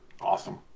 awesome